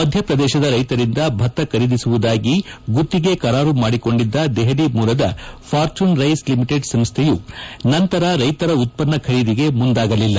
ಮಧ್ಯಪ್ರದೇಶದ ರೈತರಿಂದ ಭತ್ತ ಖರೀದಿಸುವುದಾಗಿ ಗುತ್ತಿಗೆ ಕರಾರು ಮಾಡಿಕೊಂಡಿದ್ದ ದೆಹಲಿ ಮೂಲದ ಫಾರ್ಚುನ್ ರೈಸ್ ಲಿಮಿಟೆಡ್ ಸಂಸ್ಥೆಯು ನಂತರ ರೈತರ ಉತ್ಪನ್ನ ಖರೀದಿಗೆ ಮುಂದಾಗಲಿಲ್ಲ